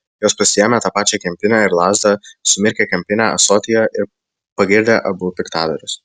jos pasiėmė tą pačią kempinę ir lazdą sumirkė kempinę ąsotyje ir pagirdė abu piktadarius